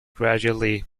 gradually